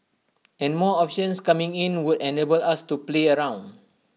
and more options coming in would enable us to play around